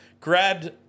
grabbed